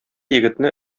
егетне